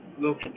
Look